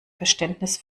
verständnis